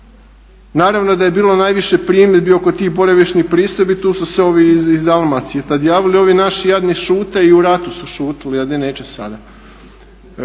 Naravno da je bilo najviše primjedbi oko tih boravišnih pristojbi, tu su se ovi iz Dalmacije tada javili, ovi naši jadni šute i u ratu su šutjeli a di neće sada.